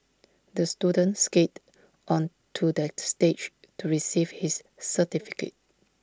the student skated onto the stage to receive his certificate